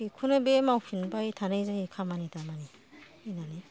बिखौनो बे मावफिनबाय थानाय जायो खामानि दामानि होननानै